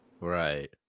Right